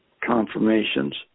confirmations